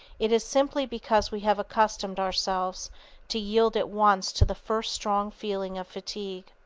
it is simply because we have accustomed ourselves to yield at once to the first strong feeling of fatigue.